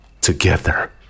together